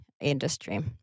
industry